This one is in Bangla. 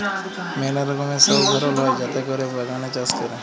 ম্যালা রকমের সব ধরল হ্যয় যাতে ক্যরে বাগানে চাষ ক্যরে